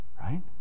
right